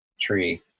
tree